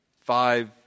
five